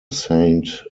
saint